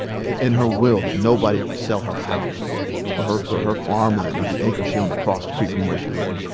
in her will that nobody ever sell her house or her her farmland or the acres she owned across the street from where she lived.